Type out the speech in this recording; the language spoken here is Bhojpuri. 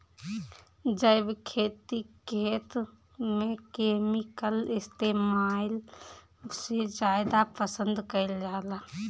जैविक खेती खेत में केमिकल इस्तेमाल से ज्यादा पसंद कईल जाला